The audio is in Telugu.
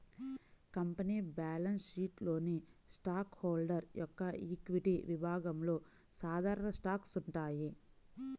కంపెనీ బ్యాలెన్స్ షీట్లోని స్టాక్ హోల్డర్ యొక్క ఈక్విటీ విభాగంలో సాధారణ స్టాక్స్ ఉంటాయి